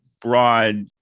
broad